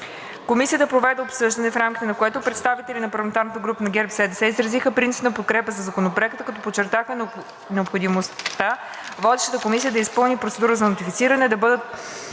Комисията проведе обсъждане, в рамките на което представителите на парламентарната група на ГЕРБ-СДС изразиха принципна подкрепа за Законопроекта, като подчертаха необходимостта Водещата комисия да изпълни процедурата за нотифициране, да бъде